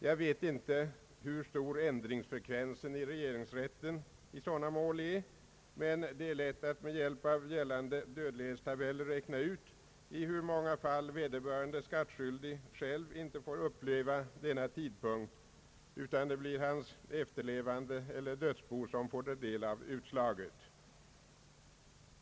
Jag vet inte hur stor ändringsfrekvensen i regeringsrätten i sådana mål är, men det är lätt att med hjälp av gällande dödlighetstabeller räkna ut i hur många fall vederbörande skattskyldig själv icke får uppleva denna tidpunkt, utan det blir hans efterlevande eller dödsbo som får ta del av utslaget.